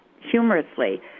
humorously